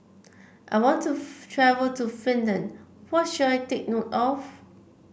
I want to travel to Finland what should I take note of